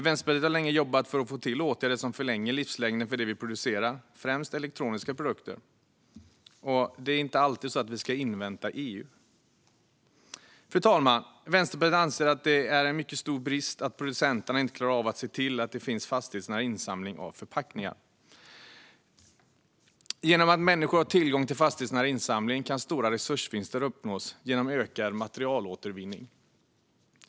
Vänsterpartiet har länge jobbat för att få till åtgärder som förlänger livslängden för det vi producerar, främst elektroniska produkter. Det är inte alltid så att vi ska invänta EU. Fru talman! Vänsterpartiet anser att det är en mycket stor brist att producenterna inte klarar av att se till att det finns fastighetsnära insamling av förpackningar. Om människor har tillgång till fastighetsnära insamling kan stora resursvinster uppnås genom ökad materialåtervinning.